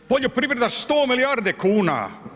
Poljoprivreda 100 milijardi kuna.